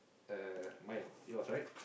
uh mine yours right